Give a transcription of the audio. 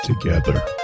together